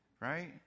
right